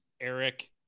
Eric